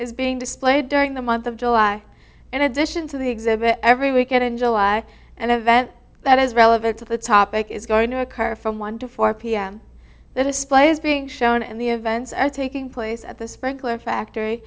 is being displayed during the month of july an addition to the exhibit every weekend in july and event that is relevant to the topic is going to occur from one to four pm the displays being shown and the events taking place at the sprinkler factory